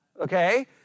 Okay